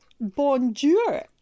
Bonjour